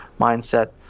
mindset